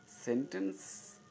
Sentence